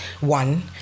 one